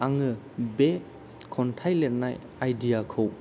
आङो बे खन्थाइ लिरनाय आइडियाखौ